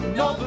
no